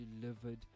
Delivered